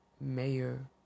Mayor